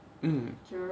mm